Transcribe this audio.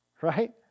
Right